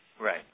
Right